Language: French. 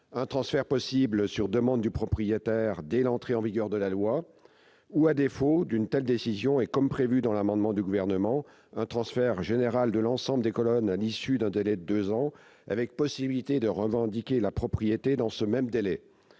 un transfert possible sur demande du propriétaire dès l'entrée en vigueur de la loi ou, à défaut d'une telle décision, et comme prévu dans l'amendement du Gouvernement, un transfert général de l'ensemble des colonnes à l'issue d'un délai de deux ans, avec possibilité de revendiquer la propriété dans ce même laps